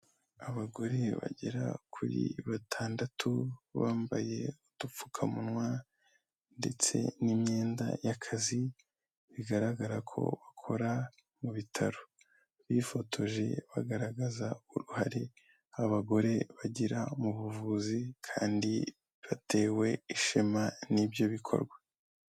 Abagore bagera kuri batandatu bambaye udupfukamunwa ndetse n'imyenda y'akazi bigaragara ko bakora mu bitaro ,bifotoje bagaragaza uruhare abagore bagira mu buvuzi kandi batewe ishema n'ibyo bikorwa.